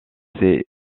ses